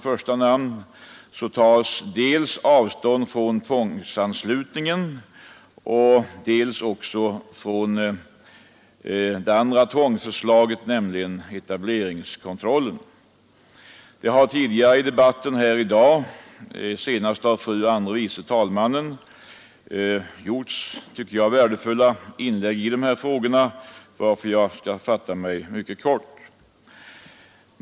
I den tas avstånd dels från tvångsanslutningen, dels också från det andra tvångsförslaget, nämligen förslaget om etableringskontroll. Det har tidigare i debatten i dag, senast av fru andre vice talmannen, gjorts värdefulla inlägg i dessa frågor, därför skall jag fatta mig mycket kort.